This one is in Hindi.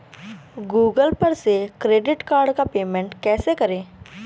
गूगल पर से क्रेडिट कार्ड का पेमेंट कैसे करें?